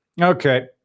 Okay